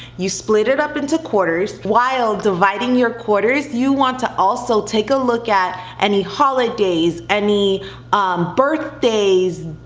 you split it up into quarters. while dividing your quarters, you want to also take a look at any holidays, any birthdays,